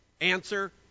Answer